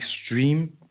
extreme